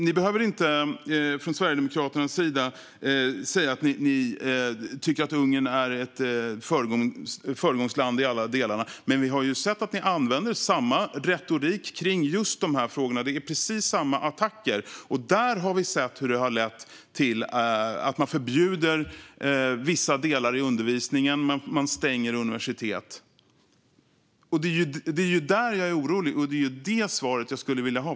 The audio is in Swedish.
Ni behöver inte från Sverigedemokraternas sida säga att ni tycker att Ungern är ett föregångsland i alla delar, men vi har sett att ni använder samma retorik kring just de här frågorna. Det är precis samma attacker, och i Ungern har vi sett hur det har lett till att man förbjuder vissa delar i undervisningen och att man stänger universitet. Det är därför jag är orolig, och det är det svaret jag skulle vilja ha.